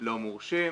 לא מורשים,